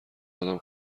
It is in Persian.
آدم